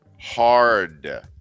Hard